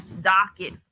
docket